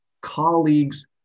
colleagues